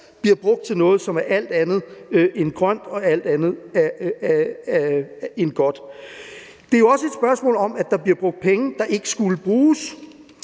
bliver brugt til noget, som er alt andet end grønt og alt andet end godt. Det er jo også et spørgsmål om, at der bliver brugt penge, der ikke skulle bruges.